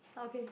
okay